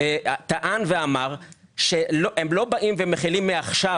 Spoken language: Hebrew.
טען ואמר שהם לא באים ומחילים מעכשיו